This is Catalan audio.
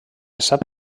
sap